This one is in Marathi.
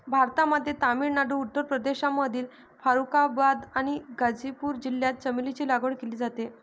भारतामध्ये तामिळनाडू, उत्तर प्रदेशमधील फारुखाबाद आणि गाझीपूर जिल्ह्यात चमेलीची लागवड केली जाते